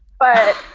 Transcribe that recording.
but